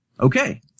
Okay